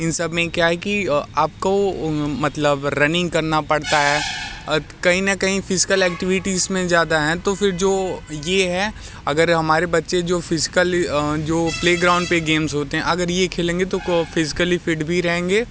इन सब में क्या है कि आपको मतलब रनिंग करना पड़ता है कहीं ना कहीं फ़िज़कल ऐक्टिविटीज़ में ज़्यादा हैं तो फिर जो ये है अगर हमारे बच्चे जो फिज़कल जो प्लेग्राउंड पे गेम्ज़ होते हैं अगर ये खेलेंगे तो क फ़िज़कली फ़िट भी रहेंगे